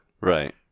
Right